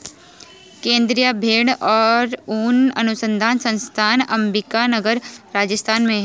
केन्द्रीय भेंड़ और ऊन अनुसंधान संस्थान अम्बिका नगर, राजस्थान में है